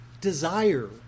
desire